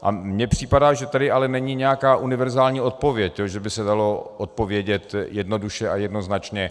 A mně připadá, že tady ale není nějaká univerzální odpověď, že by se dalo odpovědět jednoduše a jednoznačně.